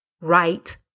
right